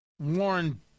Warren